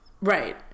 Right